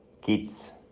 Kids